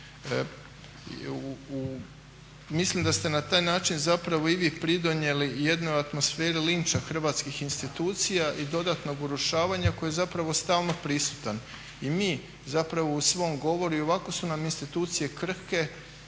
Mislim da ste na taj način i vi pridonijeli jednoj atmosferi linča hrvatskih institucija i dodatnog urušavanja koji je stalno prisutan. I mi u svom govoru i ovako su nam institucije krhke,